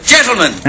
Gentlemen